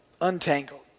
untangled